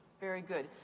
very good.